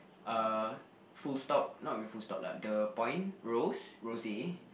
ah full stop not really full stop like the point rose rosé